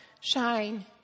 shine